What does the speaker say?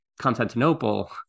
Constantinople